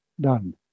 done